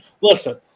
Listen